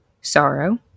sorrow